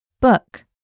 Book